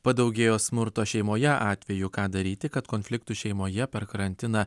padaugėjo smurto šeimoje atveju ką daryti kad konfliktų šeimoje per karantiną